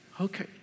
Okay